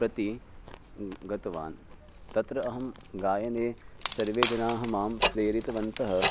प्रति गतवान् तत्र अहं गायने सर्वे जनाः मां प्रेरितवन्तः